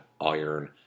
Iron